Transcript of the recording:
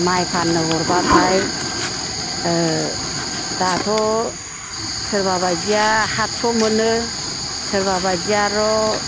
माइ फाननो हरब्लाथाय ओ दाथ' सोरबा बायदिया सातस'मोनो सोरबा बायदिया आर'